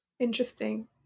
Interesting